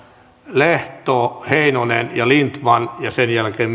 lehto heinonen ja lindtman sen jälkeen